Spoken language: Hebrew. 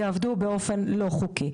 הם יעבדו באופן לא חוקי.